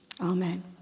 amen